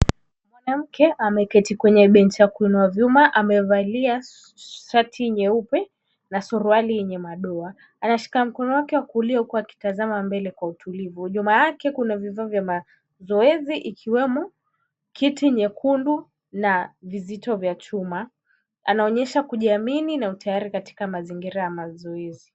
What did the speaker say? Mwanamke ameketi kwenye bench ya kuinua vyuma, amevalia shati nyeupe na suruali yenye madoa. Anashika mkono wake wa kulia huku akitazama mbele kwa utulivu. Nyuma yake kuna vifaa vya mazoezi ikiwemo kiti nyekundu na vizito vya chuma. Anaonyesha kujiamini na yuko tayari katika mazingira ya mazoezi.